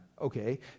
okay